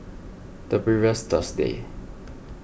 the previous Thursday